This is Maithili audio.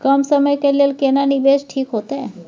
कम समय के लेल केना निवेश ठीक होते?